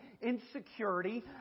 insecurity